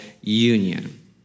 union